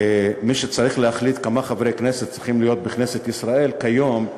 מי שצריך להחליט כמה חברי כנסת צריכים להיות בכנסת ישראל כיום,